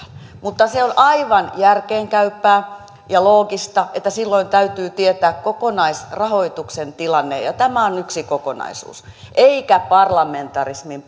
mutta se on aivan järkeenkäypää ja loogista että silloin täytyy tietää kokonaisrahoituksen tilanne tämä on yksi kokonaisuus eikä parlamentarismin